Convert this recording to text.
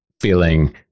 feeling